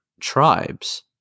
tribes